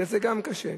וזה גם קשה.